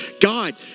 God